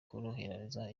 korohereza